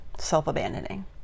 self-abandoning